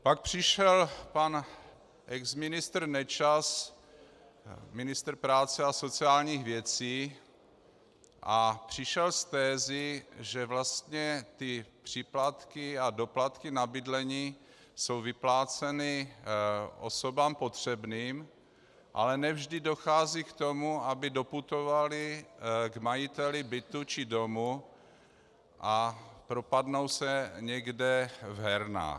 Pak přišel pan exministr Nečas, ministr práce a sociálních věcí, a přišel s tezí, že vlastně ty příplatky a doplatky na bydlení jsou vypláceny osobám potřebným, ale ne vždy dochází k tomu, aby doputovaly k majiteli bytu či domu, a propadnou se někde v hernách.